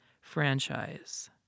franchise